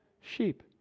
Sheep